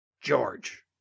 George